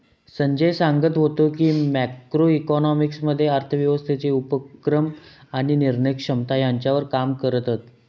संजय सांगत व्हतो की, मॅक्रो इकॉनॉमिक्स मध्ये अर्थव्यवस्थेचे उपक्रम आणि निर्णय क्षमता ह्यांच्यावर काम करतत